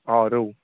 अ रौ